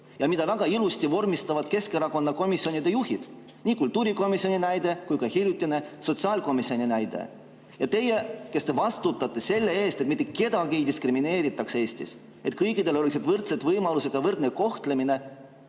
ja mida väga ilusti vormistavad Keskerakonna komisjonide juhid – nii kultuurikomisjoni näide kui ka hiljutine sotsiaalkomisjoni näide. Teie, kes te vastutate selle eest, et mitte kedagi ei diskrimineeritaks Eestis, et kõigil oleksid võrdsed võimalused